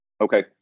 Okay